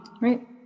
right